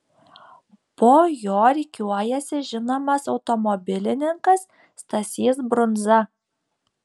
po jo rikiuojasi žinomas automobilininkas stasys brundza